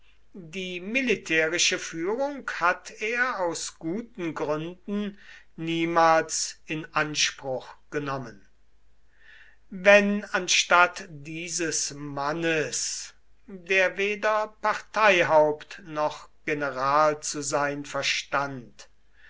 die militärische führung hat er aus guten gründen niemals in anspruch genommen wenn anstatt dieses mannes der weder parteihaupt noch general zu sein verstand